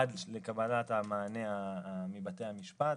עד לקבלת המענה מבתי המשפט,